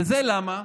וזה למה?